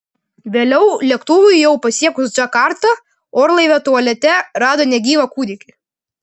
vėliau lėktuvui jau pasiekus džakartą orlaivio tualete rado negyvą kūdikį